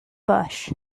bush